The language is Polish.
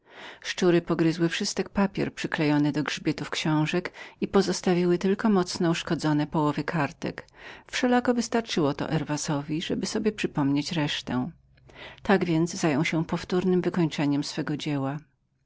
szczury pogryzły wszystek papier przyklejony do grzbietu książki i pozostawiały tylko połowy kartek które były podarte wszelako herwas obdarzony niesłychaną pamięcią potrafił powoli dojść ładu tak zajął się powtórnem wykończeniem swego dzieła